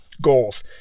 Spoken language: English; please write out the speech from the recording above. goals